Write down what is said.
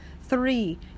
Three